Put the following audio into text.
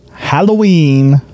Halloween